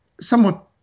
somewhat